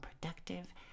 productive